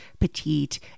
petite